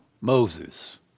Moses